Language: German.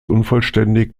unvollständig